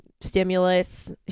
Stimulus